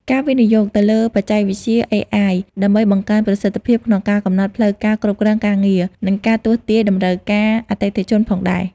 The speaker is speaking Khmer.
ការវិនិយោគទៅលើបច្ចេកវិទ្យាអេអាយ ដើម្បីបង្កើនប្រសិទ្ធភាពក្នុងការកំណត់ផ្លូវការគ្រប់គ្រងការងារ និងការទស្សន៍ទាយតម្រូវការអតិថិជនផងដែរ។